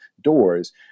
doors